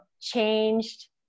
changed